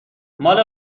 مال